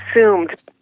assumed